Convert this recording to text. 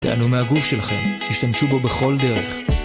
תהנו מהגוף שלכם, השתמשו בו בכל דרך